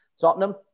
Tottenham